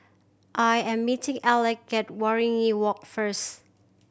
I am meeting Alec at Waringin Walk first